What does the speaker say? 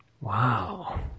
Wow